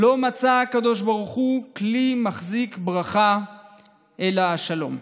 "לא מצא הקדוש ברוך הוא כלי מחזיק ברכה אלא השלום".